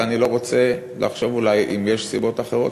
ואני לא רוצה לחשוב שאולי אם יש סיבות אחרות,